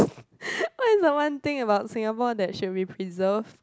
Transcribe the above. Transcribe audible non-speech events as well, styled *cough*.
*laughs* what is the one thing about Singapore that should be preserved